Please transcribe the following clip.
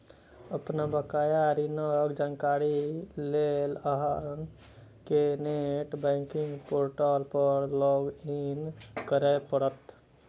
अपन बकाया ऋणक जानकारी लेल अहां कें नेट बैंकिंग पोर्टल पर लॉग इन करय पड़त